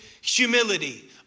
humility